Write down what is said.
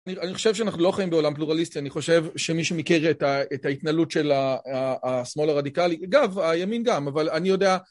אני חושב שאנחנו לא חיים בעולם פלורליסטי, אני חושב שמי שמכיר את ההתנהלות של השמאל הרדיקלי, אגב הימין גם, אבל אני יודע